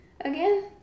Again